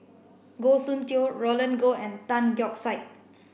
Goh Soon Tioe Roland Goh and Tan Keong Saik